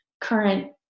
current